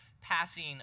passing